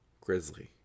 Grizzly